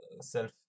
self